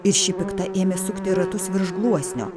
ir ši pikta ėmė sukti ratus virš gluosnio